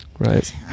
Right